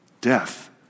death